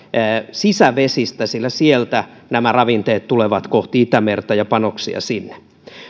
sisävesistä sillä sieltä ravinteet tulevat kohti itämerta panoksia sinne